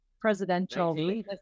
presidential